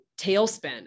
tailspin